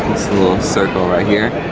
little circle right here